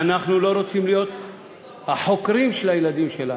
אנחנו לא רוצים להיות החוקרים של הילדים שלנו.